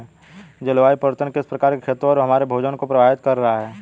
जलवायु परिवर्तन किस प्रकार खेतों और हमारे भोजन को प्रभावित कर रहा है?